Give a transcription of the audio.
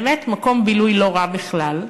האמת, מקום בילוי לא רע בכלל.